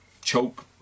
choke